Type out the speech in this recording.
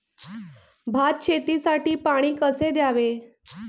भात शेतीसाठी पाणी कसे द्यावे?